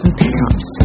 pickups